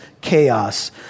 chaos